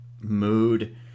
mood